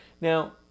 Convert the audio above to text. Now